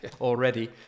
already